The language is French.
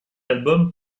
album